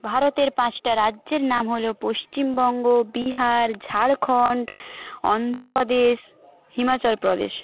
ভারতের পাঁচটা রাজ্যের নাম হল পশ্চিমবঙ্গ বিহার ঝাড়খণ্ড অন্ধ্রপ্রদেশ হিমাচলপ্রদেশ